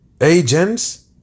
Agents